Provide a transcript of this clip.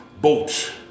boats